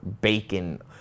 bacon